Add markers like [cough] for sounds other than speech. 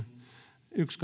yksi [unintelligible]